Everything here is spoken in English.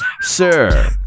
sir